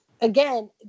again